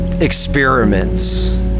experiments